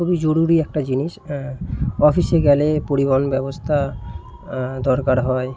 খুবই জরুরি একটা জিনিস অফিসে গেলে পরিবহন ব্যবস্থা দরকার হয়